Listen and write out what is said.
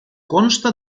consta